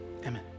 amen